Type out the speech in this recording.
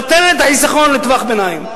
נבטל את החיסכון לטווח הביניים.